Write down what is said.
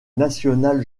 national